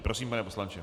Prosím, pane poslanče.